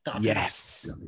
Yes